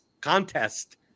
contest